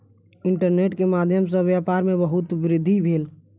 internet के माध्यम सॅ व्यापार में बहुत वृद्धि भेल